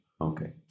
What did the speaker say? Okay